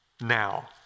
Now